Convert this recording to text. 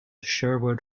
sherwood